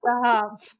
Stop